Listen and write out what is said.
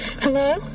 Hello